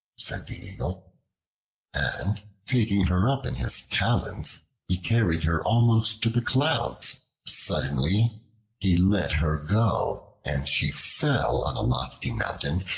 said the eagle and taking her up in his talons he carried her almost to the clouds suddenly he let her go, and she fell on a lofty mountain,